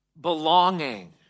belonging